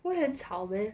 不会很吵 meh